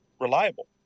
Reliable